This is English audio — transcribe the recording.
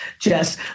Jess